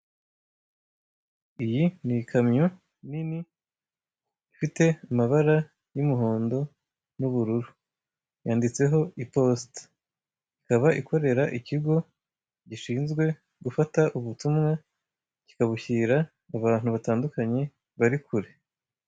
Iyi ni ikamyo nini ifite amabara y'umuhondo n'ubururu yanditseho iposita, ikaba ikorera ikigo gishinzwe gufata ubutumwa kikabushyira abantu batandukanye bari kure.